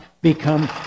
become